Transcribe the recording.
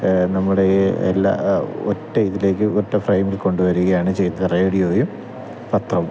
നമ്മുടെ ഈ എല്ലാ ഒറ്റ ഇതിലേക്ക് ഒറ്റ ഫ്രെയ്മിൽ കൊണ്ടുവരികയാണ് ചെയ്യുന്നത് റേഡിയോയും പത്രവും